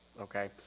okay